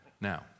Now